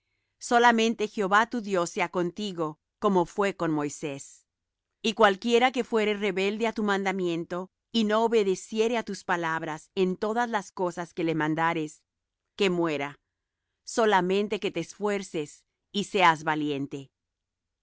solamente jehová tu dios sea contigo como fué con moisés cualquiera que fuere rebelde á tu mandamiento y no obedeciere á tus palabras en todas las cosas que le mandares que muera solamente que te esfuerces y seas valiente